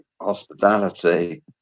hospitality